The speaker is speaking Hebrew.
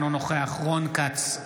אינו נוכח רון כץ,